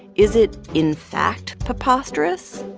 is it, in fact, preposterous?